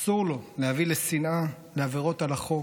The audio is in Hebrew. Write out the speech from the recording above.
אסור לו להביא לשנאה, לעבירות על החוק,